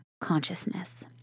consciousness